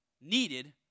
needed